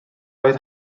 oedd